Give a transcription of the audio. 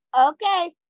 okay